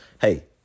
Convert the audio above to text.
hey